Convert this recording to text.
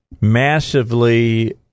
massively